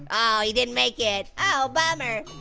aww, he didn't make it. oh, bummer!